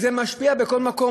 זה משפיע בכל מקום,